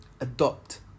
adopt